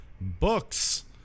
books